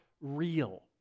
real